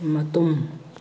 ꯃꯇꯨꯝ